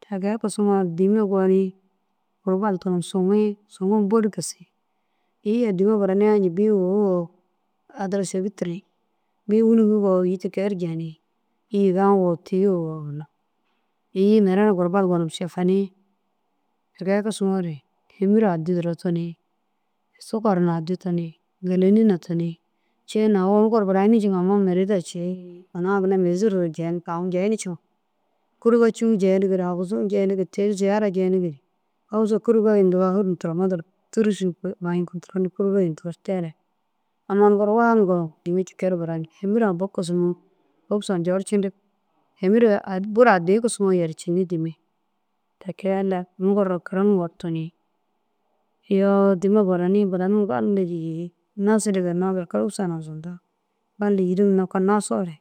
Te kee kisimoore diĩma gonii kûrbal tunum suŋii suŋum bôli gis îyi ai diĩma baraniŋa njeŋa bîi wôwu woo addi ra sêgi tiri bîi wûnigiyoo îyi ti kee ru jeni Îyi yiga wo tîyo wo na ginna. Îyiĩ mere na kûrbal gonum šefeni ti kee tigisoore hêmire addi duro tunni sukar na addi duro tunii gîleni na tunii cii na aũ ini gor burayini mire ra cii ina ginna mêzir da jeni. Aũ jeni ciiŋa kûruge cûu jeniyigire aguzuu jeyinigire te ru ziyara jeyinigire. Humusa kûrbêi ndoo hurum turomoo duro tûrusuu humusa te re amma ini gor wawuŋa gor dîima ti kee ru barani hêmira buu kisimoo humusa ncorcidig. Hêmira bur addi kisiwoo yer cinni dîime te kee lanum ini gor kiriŋa gor tunni iyoo dîima barani baranum gali ru yîri nasire bênoo ber humusa hunaa zunta gali yîrim noko nasoore.